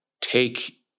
take